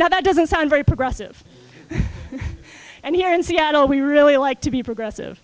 no that doesn't sound very progressive and here in seattle we really like to be progressive